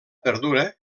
perdura